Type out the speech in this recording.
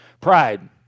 pride